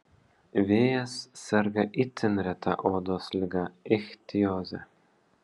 vėjas serga itin reta odos liga ichtioze